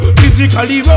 physically